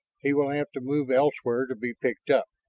he will have to move elsewhere to be picked up.